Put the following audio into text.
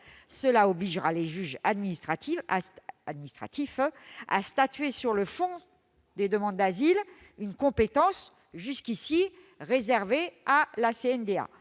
Cela obligera les juges administratifs à statuer sur le fond des demandes d'asile, une compétence jusqu'à présent réservée à la CNDA.